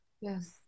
Yes